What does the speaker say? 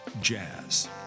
Jazz